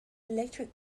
electric